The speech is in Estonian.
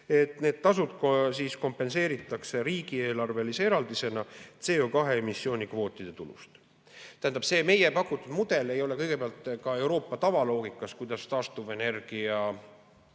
See tasu kompenseeritaks riigieelarvelise eraldisena CO2emissiooni kvootide tulust. Tähendab, meie pakutud mudel ei ole kõigepealt ka Euroopa tavaloogikas, kuidas taastuvenergiadirektiive